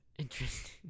Interesting